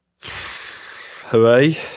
Hooray